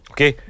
Okay